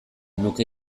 nuke